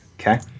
Okay